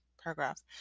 paragraph